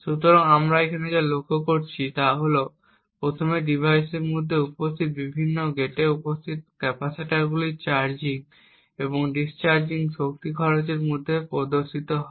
সুতরাং আমরা এখানে যা লক্ষ্য করেছি তা হল প্রথমে ডিভাইসের মধ্যে উপস্থিত বিভিন্ন গেটে উপস্থিত ক্যাপাসিটরগুলির চার্জিং এবং ডিসচার্জিং শক্তি খরচের মধ্যে প্রদর্শিত হয়